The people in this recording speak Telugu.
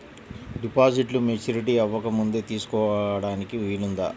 డిపాజిట్ను మెచ్యూరిటీ అవ్వకముందే తీసుకోటానికి వీలుందా?